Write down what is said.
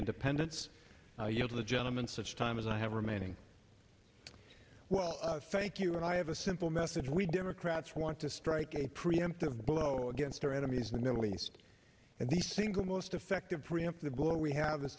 independence to the gentleman such time as i have remaining well thank you and i have a simple message we democrats want to strike a preemptive blow against our enemies in the middle east and the single most effective preemptive war we have is